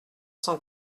cent